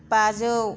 बाजौ